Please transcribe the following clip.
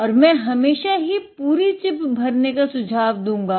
और मै हमेशा कि पूरी चिप भरने का सुझाव दूंगा